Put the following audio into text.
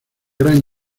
gran